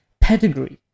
pedigree